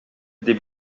des